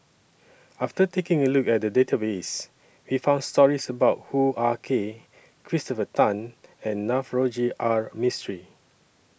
after taking A Look At The Database We found stories about Hoo Ah Kay Christopher Tan and Navroji R Mistri